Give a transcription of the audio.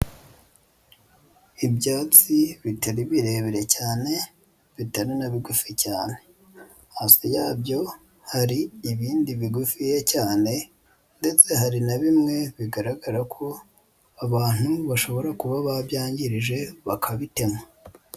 Ibyatsi bitari birebire cyane, bitari na bigufi cyane, hasi yabyo hari ibindi bigufiya cyane ndetse hari na bimwe bigaragara ko abantu bashobora kuba babyangirije bakabitema.